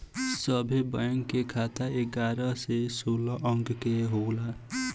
सभे बैंक के खाता एगारह से सोलह अंक के होला